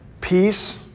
peace